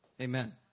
Amen